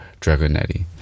Dragonetti